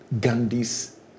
gandhi's